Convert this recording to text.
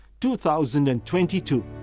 2022